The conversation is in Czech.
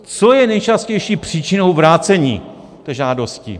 Co je nejčastější příčinou vrácení žádosti?